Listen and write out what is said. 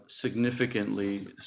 significantly